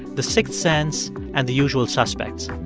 the sixth sense and the usual suspects.